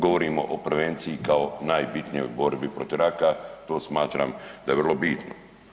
Govorimo o prevenciji kao najbitnijoj borbi protiv raka to smatram da je vrlo bitno.